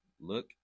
look